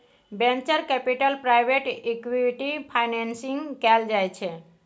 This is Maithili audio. venture capital private equity financing कएल जाइ छै